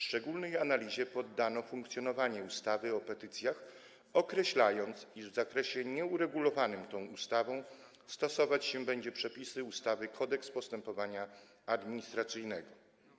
Szczególnej analizie poddano funkcjonowanie ustawy o petycjach i określono, iż w zakresie nieuregulowanym tą ustawą stosować się będzie przepisy ustawy Kodeks postępowania administracyjnego.